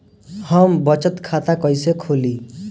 हम बचत खाता कइसे खोलीं?